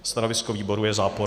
Stanovisko výboru je záporné.